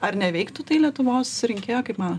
ar neveiktų tai lietuvos rinkėjo kaip manot